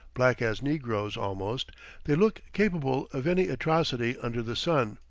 black as negroes almost they look capable of any atrocity under the sun.